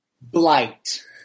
Blight